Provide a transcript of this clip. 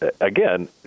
again